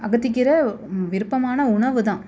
அகத்திக்கீரை விருப்பமான உணவு தான்